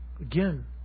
Again